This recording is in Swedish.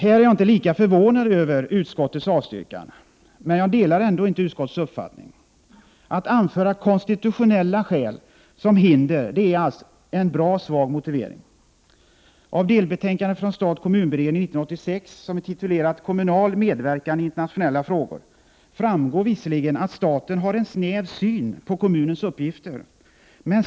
Här är jag inte lika förvånad över utskottets avstyrkan, men delar ändå inte utskottets uppfattning. Att anföra konstitutionella skäl som hinder är allt en bra svag motivering! Av delbetänkandet från stat-kommun-beredningen 1986, betitlat Kommunal medverkan i internationella frågor, framgår visserligen att staten har en snäv syn på kommunens uppgifter.